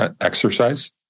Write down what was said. exercise